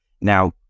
Now